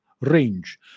range